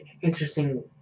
interesting